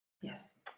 Yes